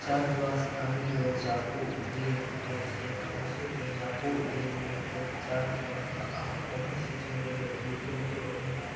ᱪᱟᱥᱼᱵᱟᱥ ᱠᱟᱹᱢᱤ ᱫᱚ ᱡᱟᱹᱯᱩᱫ ᱫᱤᱱ ᱜᱮᱥᱮ ᱟᱵᱚ ᱥᱮᱫ ᱫᱚ ᱡᱟᱹᱯᱩᱫ ᱫᱤᱱ ᱜᱮᱠᱚ ᱪᱟᱥᱵᱟᱥᱟ ᱟᱨ ᱚᱱᱟ ᱨᱮᱜᱮ ᱦᱩᱲᱩ ᱠᱚᱦᱚᱸ ᱠᱚ ᱨᱚᱦᱚᱭᱟ